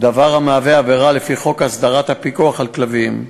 דבר המהווה עבירה לפי חוק הסדרת הפיקוח על כלבים.